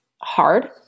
hard